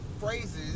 phrases